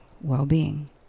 well-being